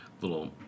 little